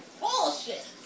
bullshit